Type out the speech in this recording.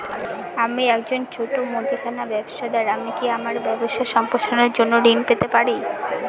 আমি একজন ছোট মুদিখানা ব্যবসাদার আমি কি আমার ব্যবসা সম্প্রসারণের জন্য ঋণ পেতে পারি?